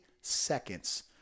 seconds